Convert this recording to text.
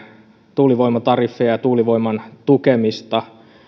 tuulivoimatariffeja ja ja tuulivoiman tukemista